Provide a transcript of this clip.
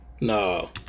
No